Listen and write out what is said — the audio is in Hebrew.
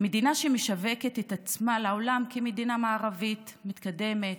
מדינה שמשווקת את עצמה לעולם כמדינה מערבית מתקדמת,